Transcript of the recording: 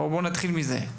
בואו נתחיל מזה.